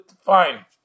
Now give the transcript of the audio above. fine